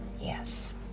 Yes